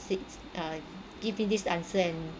say uh give me this answer and